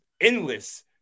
endless